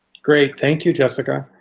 great. thank you, jessica.